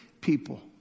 people